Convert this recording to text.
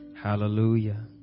Hallelujah